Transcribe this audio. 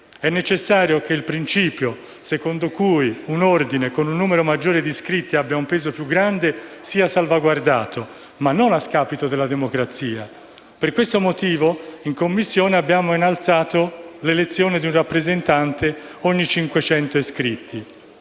È necessario salvaguardare il principio per cui un Ordine con un numero maggiore di iscritti ha un peso più grande, ma non a scapito della democrazia. Per questo motivo, in Commissione abbiamo innalzato l'elezione di un rappresentante ad ogni 500 iscritti.